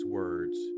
words